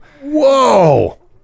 Whoa